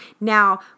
Now